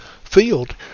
field